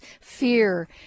fear